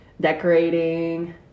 Decorating